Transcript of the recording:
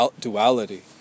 duality